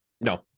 No